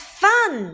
fun